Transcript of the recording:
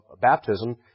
baptism